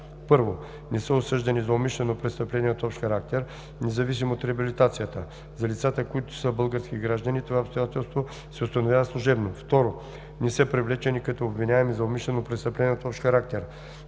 да: 1. не са осъждани за умишлено престъпление от общ характер, независимо от реабилитацията; за лицата, които са български граждани това обстоятелство се установява служебно; 2. не са привлечени като обвиняеми за умишлено престъпление от общ характер;